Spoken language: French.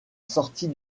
sortie